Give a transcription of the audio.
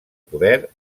poder